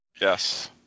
Yes